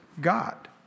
God